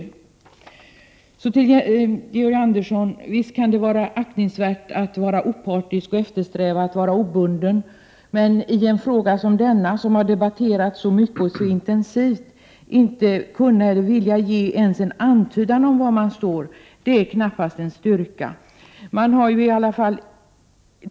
Visst kan det, Georg Andersson, vara aktningsvärt att vara opartisk och eftersträva att vara obunden, men att i en fråga som denna, som har debatterats så mycket och så intensivt, inte kunna eller vilja ge ens en antydan om var man står är knappast tecken på styrka.